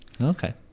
Okay